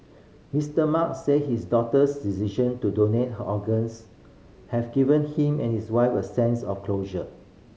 Mister Mark said his daughter's decision to donate her organs have given him and his wife a sense of closure